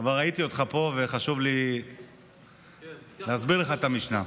אבל ראיתי אותך פה וחשוב לי להסביר לך את המשנה.